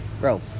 Bro